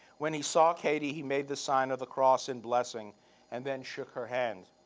when he saw katie, he made the sign of the cross in blessing and then shook her hand.